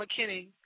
McKinney